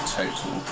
total